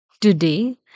Today